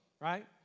right